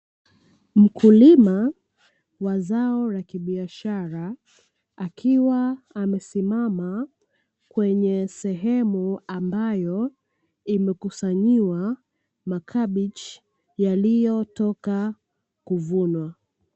Mkulima wa zao la kibiashara akiwa amesimama kwenye sehemu ambayo imekusanyiwa makabichi yaliyotoka kuvunwa.